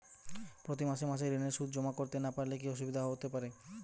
প্রতি মাসে মাসে ঋণের সুদ জমা করতে না পারলে কি অসুবিধা হতে পারে?